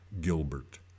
Gilbert